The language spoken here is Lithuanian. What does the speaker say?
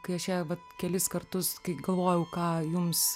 kai aš ją va kelis kartus kai galvojau ką jums